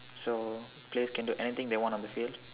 so players can do anything they want on the field